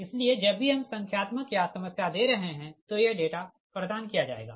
इसलिए जब भी हम संख्यात्मक या समस्याएँ दे रहे है तो यह डेटा प्रदान किया जाएगा